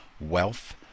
wealth